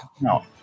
no